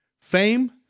fame